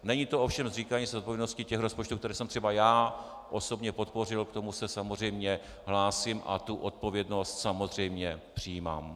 Není to ovšem zříkání se odpovědnosti těch rozpočtů, které jsem třeba já osobně podpořil, k tomu se samozřejmě hlásím a tu odpovědnost samozřejmě přijímám.